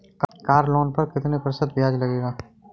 Car loan पर कितना प्रतिशत ब्याज लगेगा?